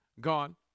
gone